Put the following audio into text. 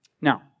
Now